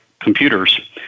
computers